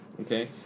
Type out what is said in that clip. okay